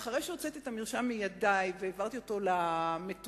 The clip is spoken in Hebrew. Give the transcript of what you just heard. אחרי שהוצאתי את המרשם מידי והעברתי אותו למטופל/למטופלת,